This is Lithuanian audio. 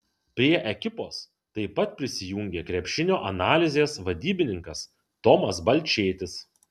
prie ekipos taip pat prisijungė krepšinio analizės vadybininkas tomas balčėtis